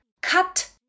cut